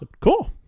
Cool